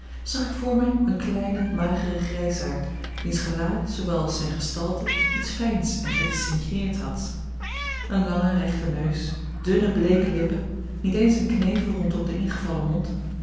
zag ik voor mij een kleinen mageren grijsaard wiens gelaat zoowel als zijne gestalte iets fijns en gedistingueerds had een lange rechte neus dunne bleeke lippen niet eens een knevel rondom den ingevallen mond